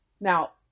Now